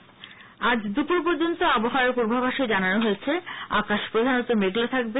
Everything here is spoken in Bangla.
আবহাওয়া আজ দুপুর পর্যন্ত আবহাওয়ার পূর্বাভাসে জানানো হয়েছে আকাশ প্রধানত মেঘলা থাকবে